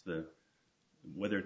the weather